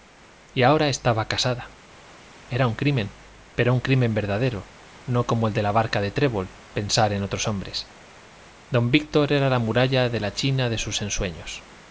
y ahora estaba casada era un crimen pero un crimen verdadero no como el de la barca de trébol pensar en otros hombres don víctor era la muralla de la china de sus ensueños